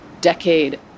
decade